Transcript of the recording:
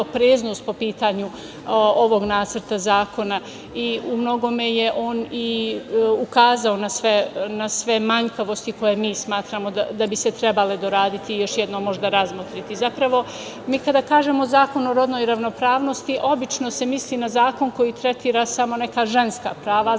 opreznost po pitanju ovog nacrta zakona. U mnogome je on ukazao na sve manjkavosti koje mi smatramo da bi se trebali doraditi i još jednom možda razmotriti. Zapravo, mi kada kažemo zakon o rodnoj ravnopravnosti, obično se misli na zakon koji tretira samo neka ženska prava,